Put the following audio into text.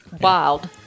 wild